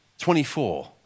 24